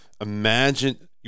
imagine